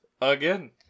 again